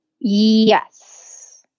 Yes